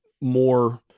more